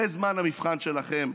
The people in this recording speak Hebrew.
זה זמן המבחן שלכם,